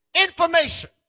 information